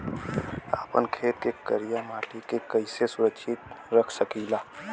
आपन खेत के करियाई माटी के कइसे सुरक्षित रख सकी ला?